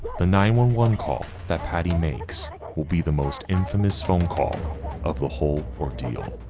the nine one one call that patty makes will be the most infamous phone call of the whole ordeal.